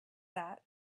that